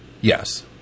yes